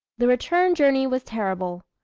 the return journey was terrible.